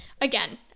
Again